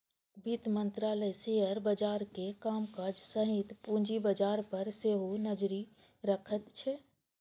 वित्त मंत्रालय शेयर बाजारक कामकाज सहित पूंजी बाजार पर सेहो नजरि रखैत छै